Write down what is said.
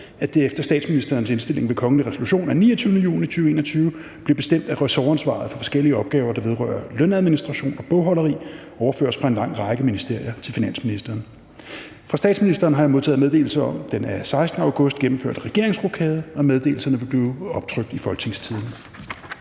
at det efter statsministerens indstilling ved kongelig resolution af 29. juni 2021 blev bestemt, at ressortansvaret for forskellige opgaver, der vedrører lønadministration og bogholderi, overføres fra en lang række ministerier til finansministeren. Fra statsministeren har jeg modtaget meddelelse om den af 16. august 2021 gennemførte regeringsrokade. Meddelelserne vil blive optrykt i Folketingstidende